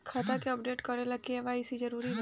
खाता के अपडेट करे ला के.वाइ.सी जरूरी बा का?